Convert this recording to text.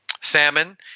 salmon